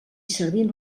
servint